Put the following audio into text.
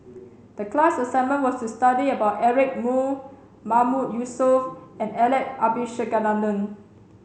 the class assignment was to study about Eric Moo Mahmood Yusof and Alex Abisheganaden